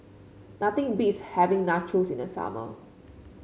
nothing beats having Nachos in the summer